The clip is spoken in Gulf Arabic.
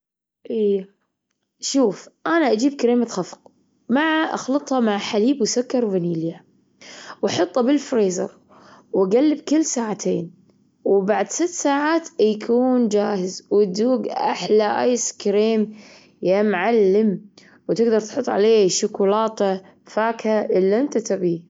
إي، شوف أنا أجيب كريمة خفق مع أخلطها مع حليب وسكر وفانيليا وأحطها بالفريزر وأجلب كل ساعتين. وبعد ست ساعات يكون جاهز، ودوج أحلى أيس كريم يا معلم. وتقدر تحط عليه شوكولاتة فاكهة إللي أنت تبيه.